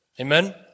Amen